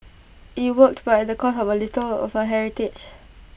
IT worked but at the cost of A little of her heritage